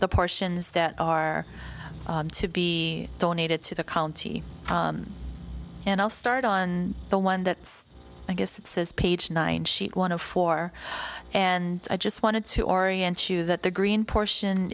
the portions that are to be donated to the county and i'll start on the one that i guess it says page nine sheet one of four and i just wanted to orient you that the green portion